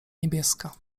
niebieska